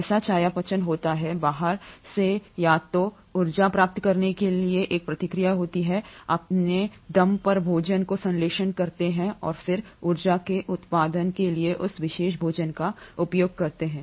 ऐसा चयापचय होता है बाहर से या तो ऊर्जा प्राप्त करने के लिए एक प्रक्रिया होती है अपने दम पर भोजन को संश्लेषित करते हैं और फिर ऊर्जा के उत्पादन के लिए उस विशेष भोजन का उपयोग करते हैं